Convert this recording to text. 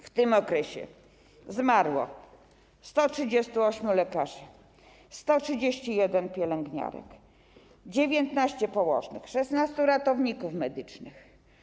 W tym okresie zmarło 138 lekarzy, 131 pielęgniarek, 19 położnych, 16 ratowników medycznych.